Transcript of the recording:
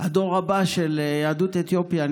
הדור הבא של יהדות אתיופיה,